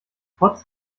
trotz